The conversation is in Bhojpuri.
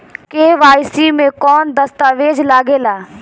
के.वाइ.सी मे कौन दश्तावेज लागेला?